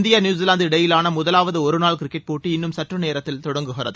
India New Zealand இடையிலான முதலாவது ஒருநாள் கிரிக்கெட் போட்டி இன்னும் சற்று நேரத்தில் தொடங்குகிறது